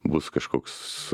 bus kažkoks